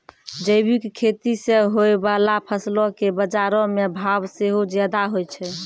जैविक खेती से होय बाला फसलो के बजारो मे भाव सेहो ज्यादा होय छै